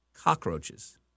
cockroaches